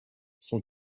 son